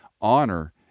Honor